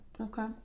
Okay